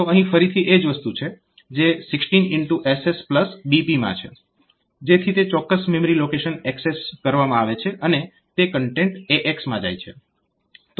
તો અહીં ફરીથી એ જ વસ્તુ છે જે 16xSSBP માં છે જેથી તે ચોક્કસ મેમરી લોકેશન એક્સેસ કરવામાં આવે છે અને તે કન્ટેન્ટ AX માં જાય છે